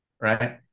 right